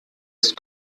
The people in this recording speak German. ist